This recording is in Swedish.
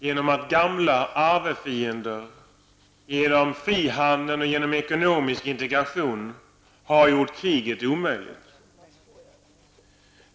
Gamla arvfiender har genom frihandel och ekonomisk integration gjort kriget omöjligt.